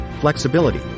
flexibility